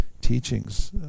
teachings